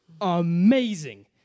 amazing